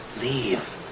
Leave